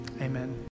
Amen